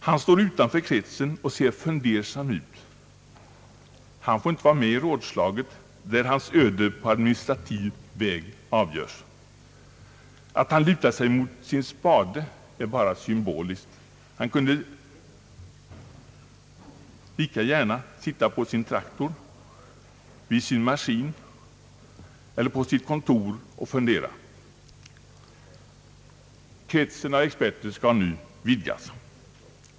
Han står utanför experternas krets och ser fundersam ut, Han får inte vara med i rådslaget, där hans öde på administrativ väg avgörs, Att han lutar sig mot sin spade är bara symboliskt — han kunde lika gärna sitta på sin traktor, vid sin maskin eller på sitt kontor och fundera. Kretsen av experter kommer nu att vidgas.